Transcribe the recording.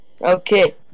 Okay